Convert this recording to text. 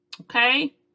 okay